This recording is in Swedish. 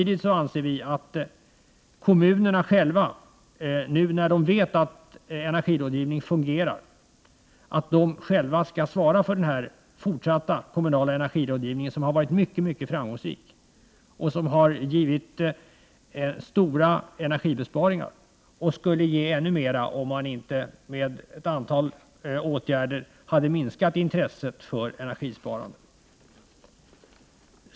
Den kommunala energirådgivningen har varit mycket framgångsrik och har gett stora energibesparingar — och skulle ge ännu mera om man inte med ett antal åtgärder hade minskat intresset för energisparande.